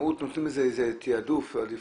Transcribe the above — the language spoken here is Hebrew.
נותנים לזה תעדוף ועדיפות.